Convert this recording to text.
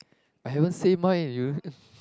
I haven't say mine you